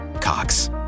Cox